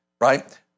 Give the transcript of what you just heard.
right